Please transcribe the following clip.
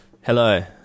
Hello